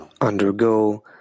undergo